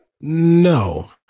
No